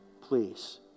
please